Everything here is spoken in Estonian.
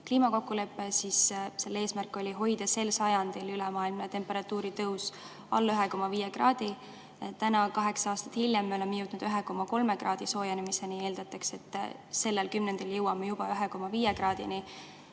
kliimakokkulepe, oli selle eesmärk hoida sel sajandil ülemaailmne temperatuuri tõus alla 1,5 kraadi. Nüüd, kaheksa aastat hiljem me oleme jõudnud 1,3 kraadi võrra soojenemiseni ja eeldatakse, et sellel kümnendil jõuame juba 1,5 kraadini.